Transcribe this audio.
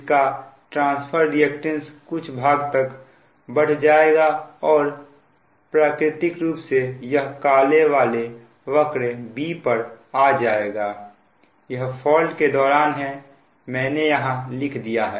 इसका transfer reactance कुछ भाग तक बढ़ जाएगा और प्राकृतिक रूप से यह काले वाले वक्र B पर आ जाएगा यह फॉल्ट के दौरान हैं मैंने यहां लिख दिया है